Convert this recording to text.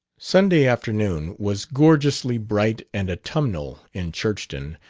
sunday afternoon was gorgeously bright and autumnal in churchton,